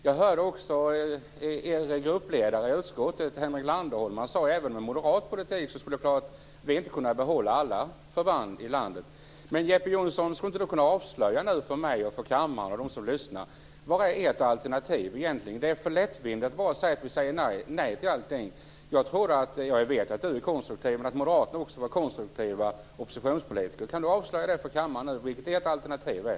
Jag hörde också er gruppledare i utskottet, Henrik Landerholm, säga att även med moderat politik skulle vi inte kunna behålla alla förband i landet. Skulle inte Jeppe Johnsson nu kunna avslöja för mig, för kammaren och för dem som lyssnar vilket ert alternativ egentligen är? Det är för lättvindigt att bara säga att ni säger nej till allting. Jag vet att Jeppe Johnsson är konstruktiv, och jag trodde att Moderaterna också var konstruktiva oppositionspolitiker. Kan Jeppe Johnsson avslöja för kammaren vilket ert alternativ är?